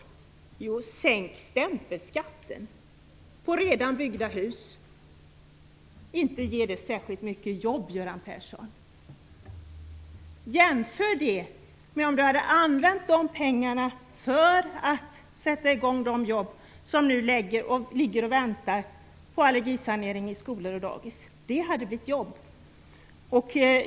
Jo, sänk stämpelskatten - på redan byggda hus. Inte ger det särskilt mycket jobb, Göran Persson. Jämför det med om man hade använt de pengarna till att sätta i gång de jobb med allergisanering av skolor och dagis som nu ligger och väntar. Det hade blivit jobb!